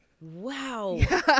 wow